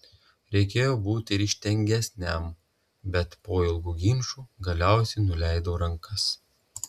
reikėjo būti ryžtingesniam bet po ilgų ginčų galiausiai nuleidau rankas